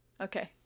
okay